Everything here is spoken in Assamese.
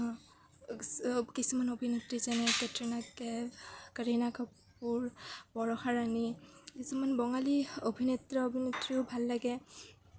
কিছুমান অভিনেত্ৰী যেনে কেটৰিনা কেঈফ কৰীণা কাপুৰ বৰষাৰাণী কিছুমান বঙালী অভিনেতা অভিনেত্ৰীও ভাল লাগে